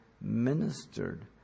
ministered